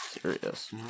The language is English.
Serious